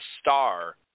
star